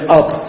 up